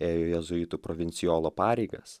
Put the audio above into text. ėjo jėzuitų provincijolo pareigas